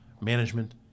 management